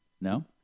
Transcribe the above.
No